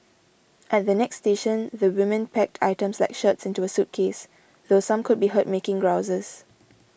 at the next station the women packed items like shirts into a suitcase though some could be heard making grouses